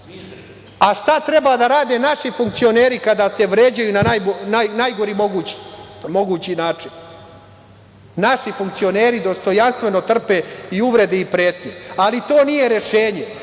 treba da rade naši funkcioneri kada se vređaju na najgori mogući način? Naši funkcioneri dostojanstveno trpe i uvrede i pretnje. Ali, to nije rešenje.